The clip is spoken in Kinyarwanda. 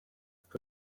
aka